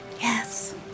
yes